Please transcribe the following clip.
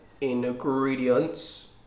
ingredients